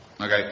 Okay